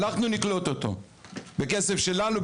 אנחנו נקלוט אותו בכסף שלנו,